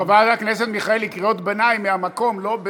חברת הכנסת מיכאלי, קריאות ביניים מהמקום.